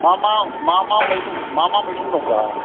मा मा मा मा मैगं मा मा मैगं दंब्रा